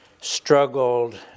struggled